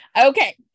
Okay